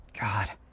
God